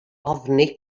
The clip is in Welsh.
ofni